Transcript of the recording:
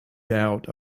doubt